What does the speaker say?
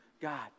God